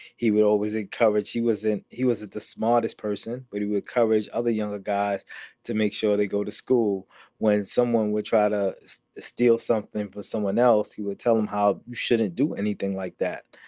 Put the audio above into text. he will always encourage he wasn't he wasn't the smartest person, but he will encourage other younger guys to make sure they go to school when someone would try to steal something for someone else. he would tell them how you shouldn't do anything like that.